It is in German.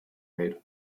welt